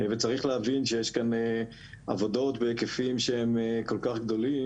וצריך להבין שיש כאן עבודות בהיקפים שהם כל כך גדולים,